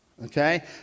Okay